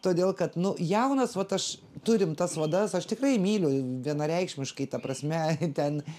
todėl kad nu jaunas vat aš turim tas vadas aš tikrai myliu vienareikšmiškai ta prasme ten